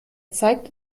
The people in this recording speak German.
zeigt